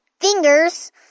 fingers